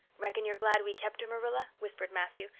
reckon you're glad we kept her, marilla? whispered matthew,